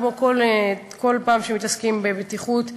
כמו כל פעם שמתעסקים בבטיחות בדרכים,